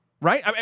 Right